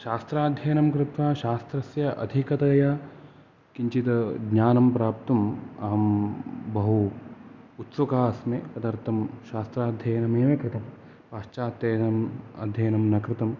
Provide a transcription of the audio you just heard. शास्त्राध्ययनं कृत्वा शास्त्रस्य अधिकतया किञ्चित् ज्ञानं प्राप्तुम् अहं बहु उत्सुका अस्मि तदर्थं शास्त्राध्ययनमेव कृतं पाश्चात्य अध्ययनं न कृतम्